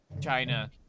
China